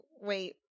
wait